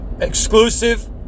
exclusive